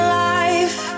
life